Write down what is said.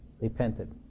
repented